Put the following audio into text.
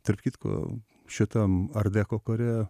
tarp kitko šitam art deco kare